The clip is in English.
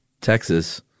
Texas